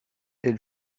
elle